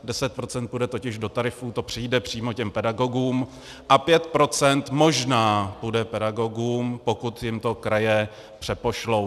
Deset procent půjde totiž do tarifů, to přijde přímo těm pedagogům, a 5 % možná půjde pedagogům, pokud jim to kraje přepošlou.